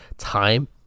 time